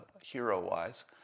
hero-wise